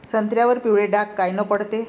संत्र्यावर पिवळे डाग कायनं पडते?